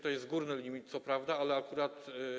To jest górny limit co prawda, ale akurat.